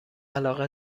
علاقه